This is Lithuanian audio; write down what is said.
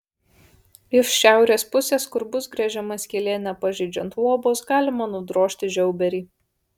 iš šiaurės pusės kur bus gręžiama skylė nepažeidžiant luobos galima nudrožti žiauberį